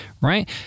right